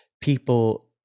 people